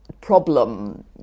problem